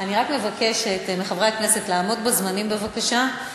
אני רק מבקשת מחברי הכנסת לעמוד בזמנים, בבקשה.